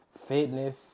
fitness